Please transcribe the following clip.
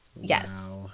Yes